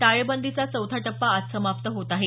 टाळेबंदीचा चौथा टप्पा आज समाप्त होत आहे